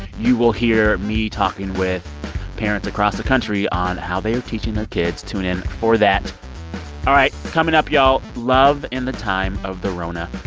you will hear me talking with parents across the country on how they are teaching their kids. tune in for that all right. coming up, y'all, love in the time of the rona.